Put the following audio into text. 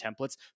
templates